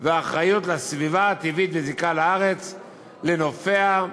ואחריות לסביבה הטבעית וזיקה לארץ, לנופיה,